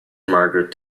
margaret